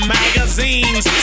magazines